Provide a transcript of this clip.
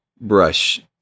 brush